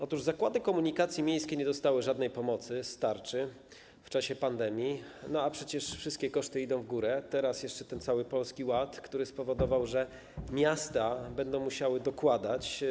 Otóż zakłady komunikacji miejskiej nie dostały żadnej pomocy z tarczy w czasie pandemii, a przecież wszystkie koszty idą w górę, teraz jeszcze ten cały Polski Ład, który spowodował, że miasta będą musiały dokładać.